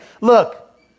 look